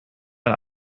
ein